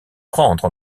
prendre